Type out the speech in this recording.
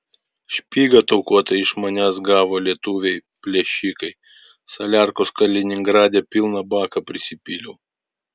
špygą taukuotą iš manęs gavo lietuviai plėšikai saliarkos kaliningrade pilną baką prisipyliau